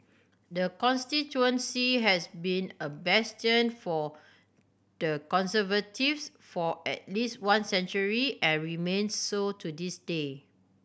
the constituency has been a bastion for the Conservatives for at least one century and remains so to this day